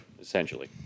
essentially